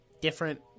different